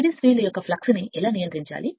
series field యొక్క వాస్తవాన్ని ఎలా నియంత్రించాలి